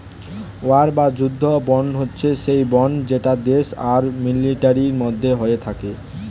war বা যুদ্ধ bond হচ্ছে সেই বন্ড যেটা দেশ আর মিলিটারির মধ্যে হয়ে থাকে